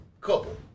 couple